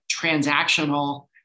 transactional